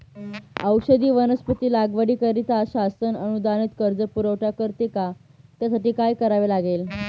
औषधी वनस्पती लागवडीकरिता शासन अनुदानित कर्ज पुरवठा करते का? त्यासाठी काय करावे लागेल?